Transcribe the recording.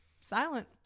silent